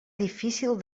difícil